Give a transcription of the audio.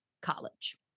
college